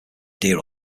dear